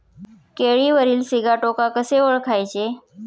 केळीवरील सिगाटोका कसे ओळखायचे?